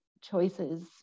choices